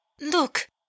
Look